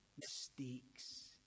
mistakes